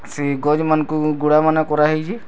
ସେ ଗଛ୍ମାନଙ୍କୁ ଗୁଡ଼ାମାନ କରାହେଇଛି